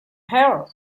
her